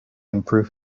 improve